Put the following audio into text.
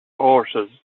horses